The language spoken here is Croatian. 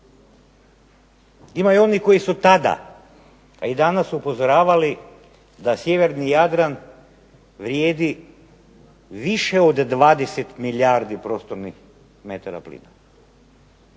Ima i onih koji su tada pa i danas upozoravali da sjeverni Jadran vrijedi više od 20 milijardi prostornih metara plina,